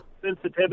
Sensitivity